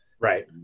Right